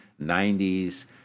90s